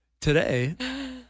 Today